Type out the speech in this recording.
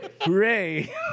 Hooray